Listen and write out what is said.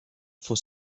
for